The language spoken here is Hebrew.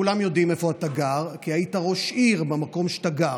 כולם יודעים איפה אתה גר כי היית ראש עיר במקום שאתה גר.